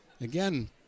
again